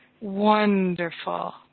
wonderful